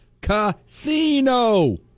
Casino